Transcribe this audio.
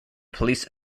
police